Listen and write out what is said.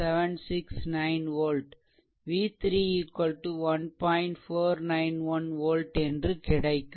491 volt என்று கிடைக்கும்